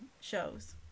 shows